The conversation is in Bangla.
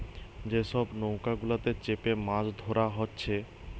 যে সব নৌকা গুলাতে চেপে মাছ ধোরা হচ্ছে